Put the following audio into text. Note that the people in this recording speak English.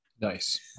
Nice